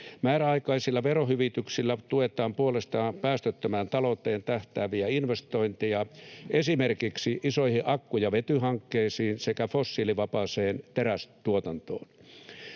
Määräaikaisilla verohyvityksillä tuetaan puolestaan päästöttömään talouteen tähtääviä investointeja esimerkiksi isoihin akku- ja vetyhankkeisiin sekä fossiilivapaaseen terästuotantoon.